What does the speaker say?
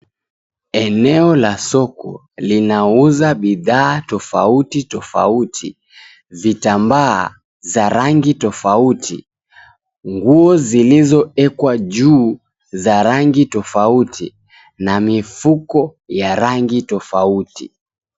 Eneo la soko, linauza bidhaa tofauti tofauti. Vitambaa za rangi tofauti, nguo zilizoekwa juu za rangi tofauti na mifuko ya rangi tofauti.